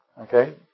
Okay